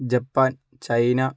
Japan China